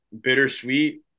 bittersweet